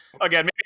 again